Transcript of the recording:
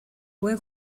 buen